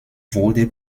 wurde